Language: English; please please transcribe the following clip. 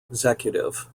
executive